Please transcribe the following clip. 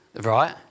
right